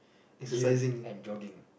gym and jogging